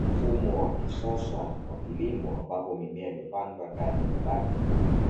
Mfumo wa kisasa wa kilimo ambapo mimea imepandwa ndani ya mabati